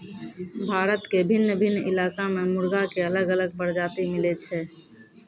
भारत के भिन्न भिन्न इलाका मॅ मुर्गा के अलग अलग प्रजाति मिलै छै